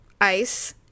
ice